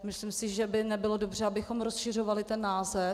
Myslím, že by nebylo dobře, abychom rozšiřovali ten název.